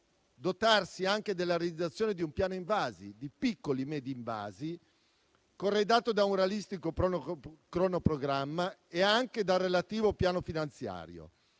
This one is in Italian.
dotarsi della realizzazione di un piano invasi (di piccoli e medi invasi), corredato da un realistico cronoprogramma e dal relativo piano finanziario.